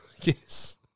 Yes